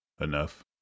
enough